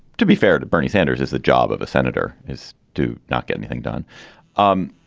to be fair to bernie sanders, is the job of a senator is to not get anything done um